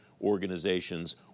organizations